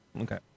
Okay